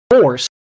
Force